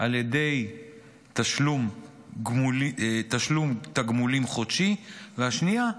על ידי תשלום תגמולים חודשי, והשנייה,